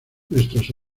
nuestros